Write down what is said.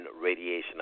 Radiation